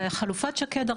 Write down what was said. בחלופת שקד,